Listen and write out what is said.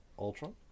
Ultron